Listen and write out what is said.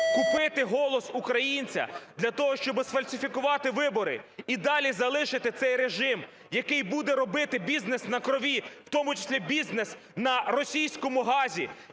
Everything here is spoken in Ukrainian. купити голос українця для того, щоби сфальсифікувати вибори і далі залишити цей режим, який буде робити бізнес на крові, в тому числі бізнес на російському газі,